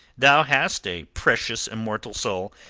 thou hast a precious immortal soul,